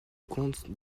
compte